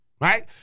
right